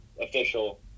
official